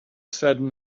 said